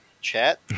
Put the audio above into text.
Chat